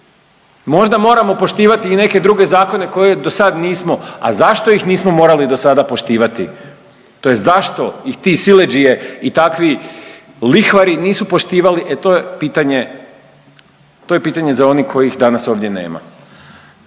Možda moramo poštivati i neke druge zakone koje dosad nismo, a zašto ih nismo morali dosada poštivati tj. zašto i ti siledžije i takvi lihvari nisu poštivali, e to je pitanje, to je pitanje za onih kojih danas ovdje nema.